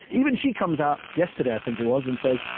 even she comes out yesterday, i think it was, and says,